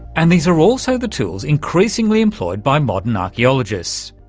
and these are also the tools increasingly employed by modern archaeologists.